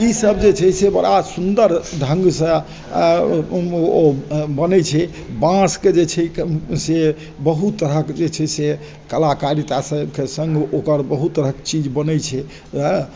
इसब जे छै से बड़ा सुन्दर ढङ्गसँ ओ बनय छै बाँसके जे छै से बहुत तरहके जे छै से कलाकारिता सबके सङ्ग ओकर बहुत तरहके चीज बनय छै एँ